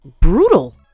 Brutal